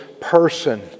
person